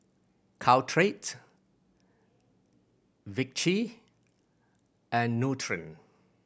Caltrate Vichy and Nutren